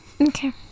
Okay